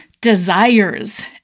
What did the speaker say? desires